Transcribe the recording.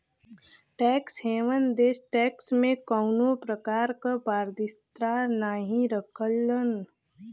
tax haven देश tax में कउनो प्रकार क पारदर्शिता नाहीं रखलन